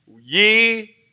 ye